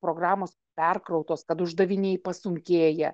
programos perkrautos kad uždaviniai pasunkėję